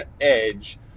edge